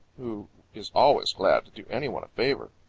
who is always glad to do any one a favor.